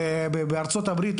בארצות הברית,